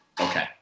Okay